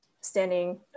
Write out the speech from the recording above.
standing